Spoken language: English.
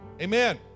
Amen